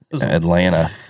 Atlanta